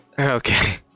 Okay